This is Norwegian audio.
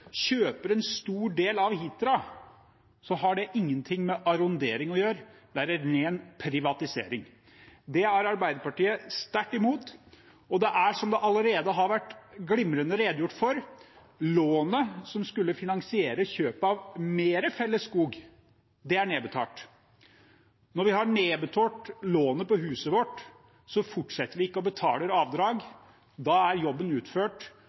kjøper en stor del av Hitra, har det ingenting med arrondering å gjøre. Det er en ren privatisering, og det er Arbeiderpartiet sterkt imot. Og som det allerede har vært glimrende redegjort for: Lånet, som skulle finansiere kjøp av mer felles skog, er nedbetalt. Når vi har nedbetalt lånet på huset vårt, fortsetter vi ikke å betale avdrag. Da er jobben utført,